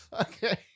Okay